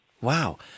Wow